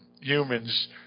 humans